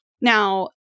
Now